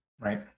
Right